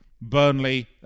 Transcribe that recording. Burnley